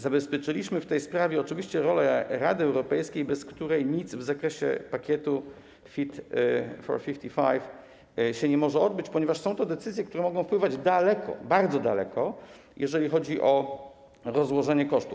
Zabezpieczyliśmy w tej sprawie oczywiście rolę Rady Europejskiej, bez której nic w zakresie pakietu Fit for 55 się nie może odbyć, ponieważ są to decyzje, które mogą wpływać daleko, bardzo daleko, jeżeli chodzi o rozłożenie kosztów.